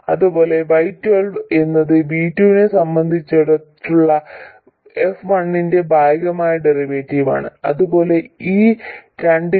അതുപോലെ y12 എന്നത് V2 നെ സംബന്ധിച്ചുള്ള f1 ന്റെ ഭാഗികമായ ഡെറിവേറ്റീവ് ആണ് അതുപോലെ ഈ രണ്ടിനും